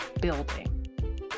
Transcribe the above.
building